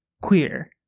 queer